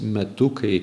metu kai